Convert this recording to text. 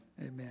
Amen